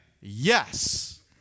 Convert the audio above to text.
Yes